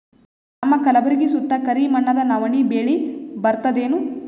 ನಮ್ಮ ಕಲ್ಬುರ್ಗಿ ಸುತ್ತ ಕರಿ ಮಣ್ಣದ ನವಣಿ ಬೇಳಿ ಬರ್ತದೇನು?